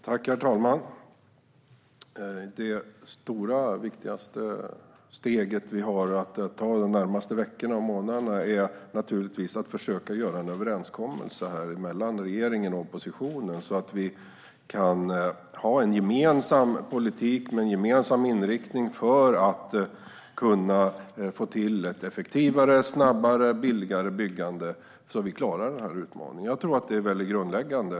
Herr talman! Det stora och viktigaste steget vi har att ta de närmaste veckorna och månaderna är naturligtvis att försöka nå en överenskommelse mellan regeringen och oppositionen om en politik med en gemensam inriktning för att kunna få till ett effektivare, snabbare och billigare byggande, så att vi klarar den här utmaningen. Det tror jag är grundläggande.